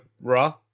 Raw